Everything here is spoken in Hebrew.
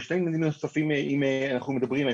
ושני עניינים נוספים אם אנחנו מדברים.